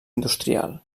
industrial